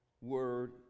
word